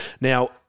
Now